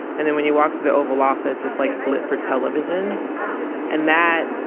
and then when you walk to the oval office it's like lit for television and that.